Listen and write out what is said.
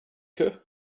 her